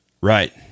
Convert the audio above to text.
right